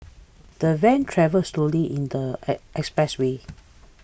the van travelled slowly in the E expressway